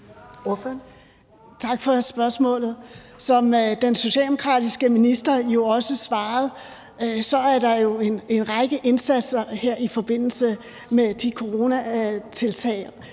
(S): Tak for spørgsmålet. Som den socialdemokratiske minister også svarede, er der jo en række indsatser her i forbindelse med de coronatiltag,